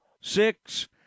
six